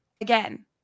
again